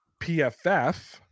PFF